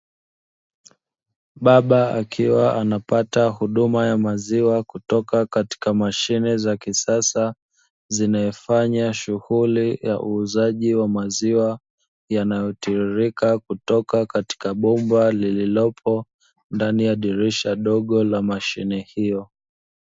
Baba akiwa anapata huduma ya maziwa kutoka katika mashine za kisasa, zinayofanya shughuli ya uuzaji wa maziwa, yanayotiririka kutoka katika bomba lililopo ndani ya dirisha dogo la mashine hiyo.